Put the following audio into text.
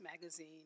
magazine